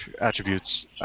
attributes